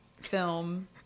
film